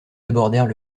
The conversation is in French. abordèrent